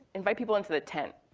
invite people into the tent.